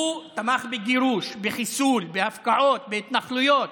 הוא תמך בגירוש, בחיסול, בהפקעות, בהתנחלויות.